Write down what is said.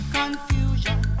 confusion